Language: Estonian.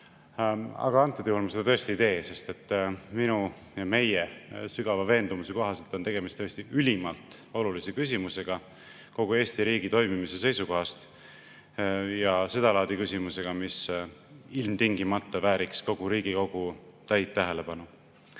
Aga antud juhul ma seda tõesti ei tee, sest minu ja meie sügava veendumuse kohaselt on tegemist ülimalt olulise küsimusega kogu Eesti riigi toimimise seisukohast, ja seda laadi küsimusega, mis ilmtingimata vääriks kogu Riigikogu täit tähelepanu.